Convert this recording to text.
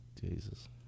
Jesus